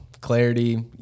clarity